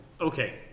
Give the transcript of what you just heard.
Okay